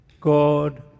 God